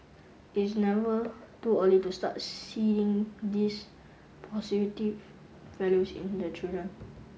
is never too early to start seeding these positive values in the children